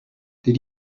did